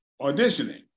auditioning